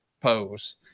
pose